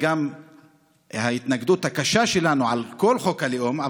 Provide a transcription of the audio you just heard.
וגם ההתנגדות הקשה שלנו לכל חוק הלאום,